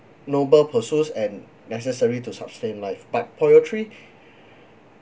noble pursuits and necessary to sustain life but poetry